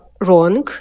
wrong